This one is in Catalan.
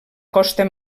costa